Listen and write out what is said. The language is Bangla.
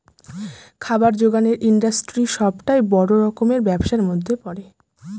খাবার জোগানের ইন্ডাস্ট্রি সবটাই বড় রকমের ব্যবসার মধ্যে পড়ে